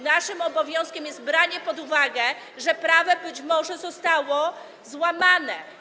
Naszym obowiązkiem jest branie pod uwagę, że prawo być może zostało złamane.